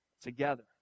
together